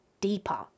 deeper